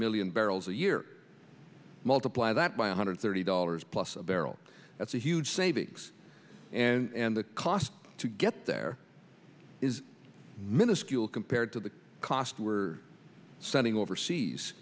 million barrels a year multiply that by one hundred thirty dollars plus a barrel that's a huge savings and the cost to get there is minuscule compared to the cost we're sending overseas